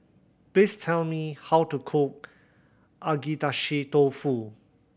please tell me how to cook Agedashi Dofu